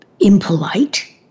impolite